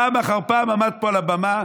פעם אחר פעם הוא עמד פה על הבמה,